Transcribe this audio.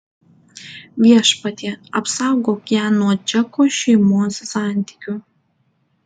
viešpatie apsaugok ją nuo džeko šeimos santykių